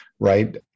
right